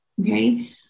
Okay